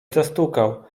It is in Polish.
zastukał